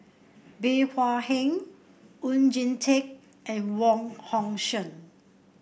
Bey Hua Heng Oon Jin Teik and Wong Hong Suen